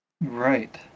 Right